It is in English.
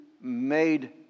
made